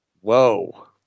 whoa